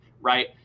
right